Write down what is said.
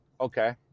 Okay